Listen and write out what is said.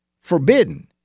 forbidden